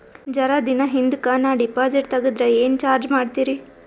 ಜರ ದಿನ ಹಿಂದಕ ನಾ ಡಿಪಾಜಿಟ್ ತಗದ್ರ ಏನ ಚಾರ್ಜ ಮಾಡ್ತೀರಿ?